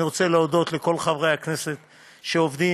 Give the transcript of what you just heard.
אני רוצה להודות לכל חברי הכנסת שעובדים,